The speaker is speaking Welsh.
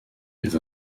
fydd